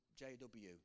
JW